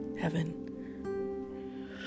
Heaven